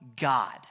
God